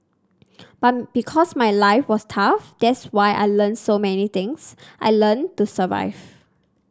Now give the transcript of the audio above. but because my life was tough that's why I learnt so many things I learnt to survive